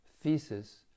thesis